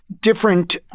different